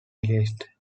released